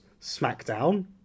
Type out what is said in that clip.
Smackdown